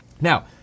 Now